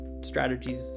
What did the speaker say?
strategies